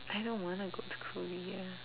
I don't wanna go to Korea